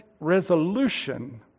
resolution